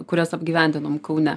kurias apgyvendinom kaune